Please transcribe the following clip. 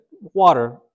water